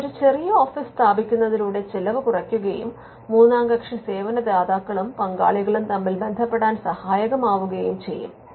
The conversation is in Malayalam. ഇത് ഒരു ചെറിയ ഓഫീസ് സ്ഥാപിക്കുന്നതിലൂടെ ചെലവ് കുറയ്ക്കുകയും മൂന്നാം കക്ഷി സേവന ദാതാക്കളും പങ്കാളികളും തമ്മിൽ ബന്ധപ്പെടാൻ സഹായകമാവുകയും ചെയ്യും